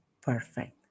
perfect